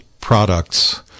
Products